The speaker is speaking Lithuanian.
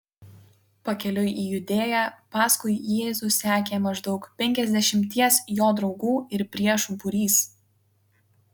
pakeliui į judėją paskui jėzų sekė maždaug penkiasdešimties jo draugų ir priešų būrys